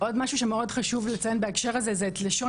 עוד משהו חשוב מאוד לציין בהקשר הזה זה לשון